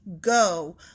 go